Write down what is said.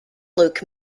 luke